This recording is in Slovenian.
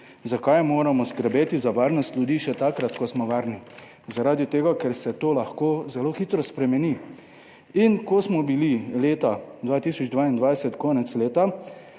Zakaj moramo skrbeti za varnost ljudi še takrat, ko smo varni? Zaradi tega, ker se to lahko zelo hitro spremeni, in ko smo bili leta 2022 konec leta